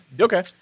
Okay